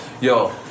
Yo